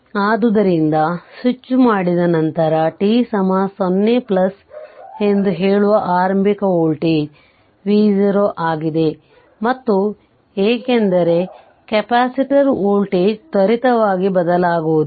ಆದ್ದರಿಂದ ಸ್ವಿಚ್ ಮಾಡಿದ ನಂತರ t 0 ಎಂದು ಹೇಳುವ ಆರಂಭಿಕ ವೋಲ್ಟೇಜ್ v0 ಆಗಿದೆ ಮತ್ತು ಏಕೆಂದರೆ ಕೆಪಾಸಿಟರ್ ವೋಲ್ಟೇಜ್ ತ್ವರಿತವಾಗಿ ಬದಲಾಗುವುದಿಲ್ಲ